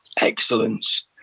excellence